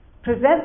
present